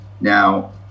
Now